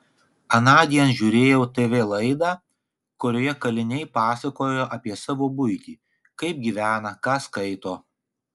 anądien žiūrėjau tv laidą kurioje kaliniai pasakojo apie savo buitį kaip gyvena ką skaito